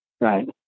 Right